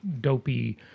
dopey